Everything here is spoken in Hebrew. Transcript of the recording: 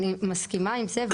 אני מסכימה עם זה,